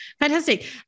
Fantastic